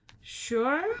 sure